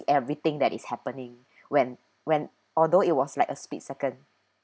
everything that is happening when when although it was like a split second